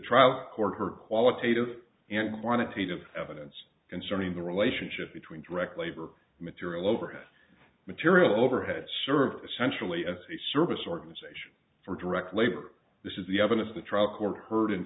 trial court her qualitative and quantitative evidence concerning the relationship between direct labor material overhead material overhead sure essentially as a service organization for direct labor this is the evidence the trial court heard and